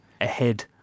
ahead